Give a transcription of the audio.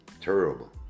terrible